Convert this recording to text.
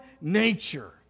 nature